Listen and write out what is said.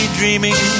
dreaming